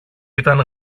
ήταν